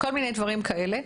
כל מיני דברים כאלה.